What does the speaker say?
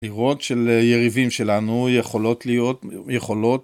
עירות של יריבים שלנו יכולות להיות יכולות